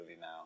now